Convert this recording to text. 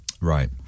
Right